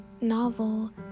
novel